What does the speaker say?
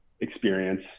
experience